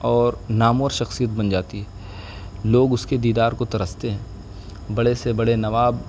اور نامور شخصیت بن جاتی ہے لوگ اس کے دیدار کو ترستے ہیں بڑے سے بڑے نواب